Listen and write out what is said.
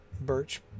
Birch